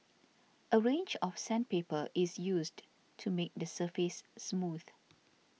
a range of sandpaper is used to make the surface smooth